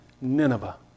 Nineveh